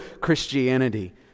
Christianity